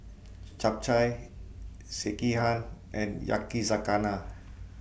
Japchae Sekihan and Yakizakana